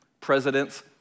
presidents